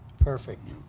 perfect